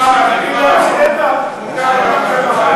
אנחנו נמצאים parler,